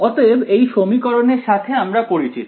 অতএব এই সমীকরণের সাথে আমরা পরিচিত